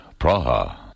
Praha